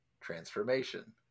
Transformation